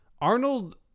Arnold